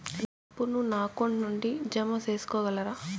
నా అప్పును నా అకౌంట్ నుండి జామ సేసుకోగలరా?